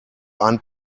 einen